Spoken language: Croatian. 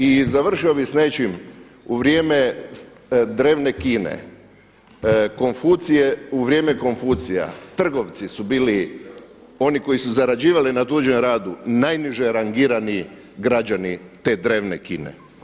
I završio bih s nečim, u vrijeme drevne Kine, Konfucije, u vrijeme Konfucija, trgovci su bili oni koji su zarađivali na tuđem radu, najniže rangirani građani te drevne Kine.